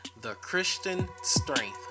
TheChristianStrength